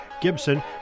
Gibson